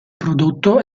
prodotto